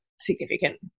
significant